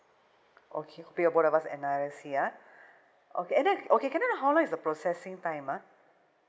okay bring both of us N_R_I_C ah okay and then okay can I know how long is the processing time ah